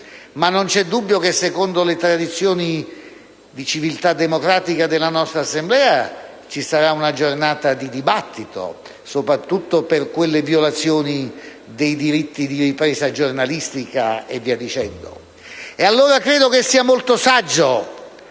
ma non c'è dubbio che secondo le tradizioni di civiltà democratica della nostra Assemblea ci sarà una giornata di dibattito, soprattutto per quelle violazioni dei diritti di ripresa giornalistica, e via dicendo. Credo, allora, sia molto saggia